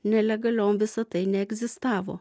nelegaliom visa tai neegzistavo